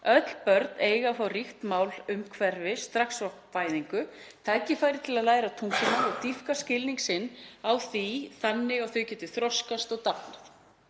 Öll börn eiga að fá ríkt málumhverfi strax frá fæðingu og tækifæri til að læra tungumálið og dýpka skilning sinn á því þannig að þau geti þroskast og dafnað.